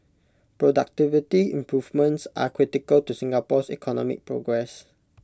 productivity improvements are critical to Singapore's economic progress